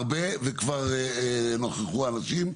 וכבר נכחו אנשים.